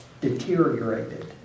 deteriorated